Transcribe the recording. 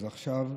אז עכשיו,